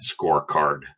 Scorecard